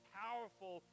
powerful